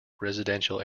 residential